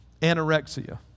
anorexia